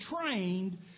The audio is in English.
trained